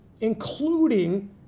including